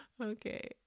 Okay